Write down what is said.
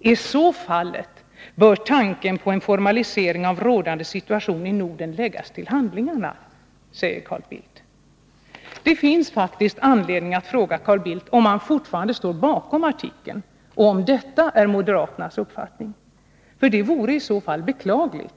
Är så fallet, bör tanken på en formalisering av rådande situation i Norden läggas till handlingarna.” Det finns därför anledning att fråga Carl Bildt om han fortfarande står bakom artikeln och om detta är moderaternas uppfattning. Det vore i så fall beklagligt,